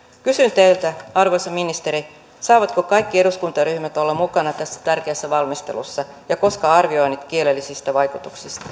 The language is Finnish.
kysyn teiltä arvoisa ministeri saavatko kaikki eduskuntaryhmät olla mukana tässä tärkeässä valmistelussa ja koska arvioinnit kielellisistä vaikutuksista